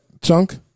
chunk